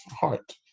heart